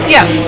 Yes